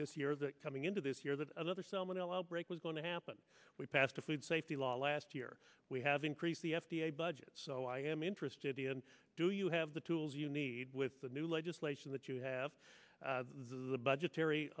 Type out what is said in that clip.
this year that coming into this year that another salmonella outbreak was going to happen we passed a food safety law last year we have increased the f d a budget so i am interested in do you have the tools you need with the new legislation that you have the budgetary